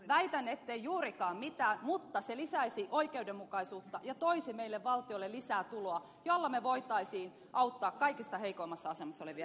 väitän ettei juurikaan mitään mutta se lisäisi oikeudenmukaisuutta ja toisi valtiolle lisää tuloa jolla me voisimme auttaa kaikista heikoimmassa asemassa olevia ihmisiä